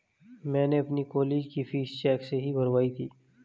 मैंने अपनी कॉलेज की फीस चेक से ही भरवाई थी